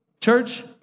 Church